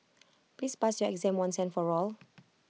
please pass your exam once and for all